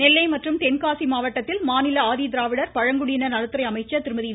நெல்லை மற்றும் தென்காசி மாவட்டத்தில் மாநில ஆதி திராவிடர் பழங்குடியினர் நலத்துறை அமைச்சர் திருமதி வி